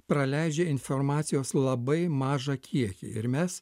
praleidžia informacijos labai mažą kiekį ir mes